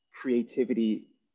creativity